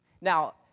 Now